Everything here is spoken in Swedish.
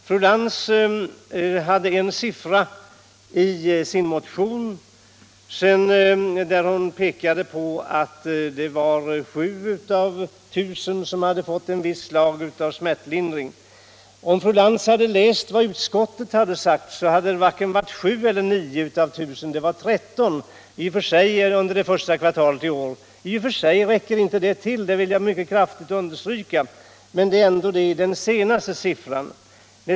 Fru Lantz framhöll i sin motion att 7 av 1000 kvinnor hade fått ett visst slag av smärtlindring. Men om fru Lantz hade läst vad utskottet skrivit, hade hon sett att det var varken 7 eller 9 av 1000 utan 13 under det första kvartalet i år. I och för sig räcker inte det till, vilket jag kraftigt vill understryka. Men det är ändå den siffran som gäller.